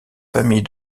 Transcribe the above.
famille